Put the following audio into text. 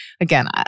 again